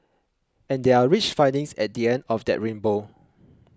and there are rich findings at the end of that rainbow